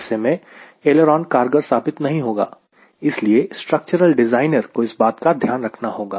ऐसे में ऐलेरोन कारगर साबित नहीं होगा इसलिए स्ट्रक्चरल डिज़ाइनर को इस बात का ध्यान रखना होगा